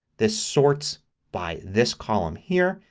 this sorts by this column here.